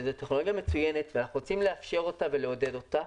שזו טכנולוגיה מצוינת ואנחנו רוצים לאפשר אותה ולעודד אותה,